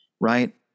Right